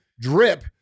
drip